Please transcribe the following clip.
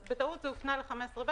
אז בטעות זה הופנה ל-15(ב).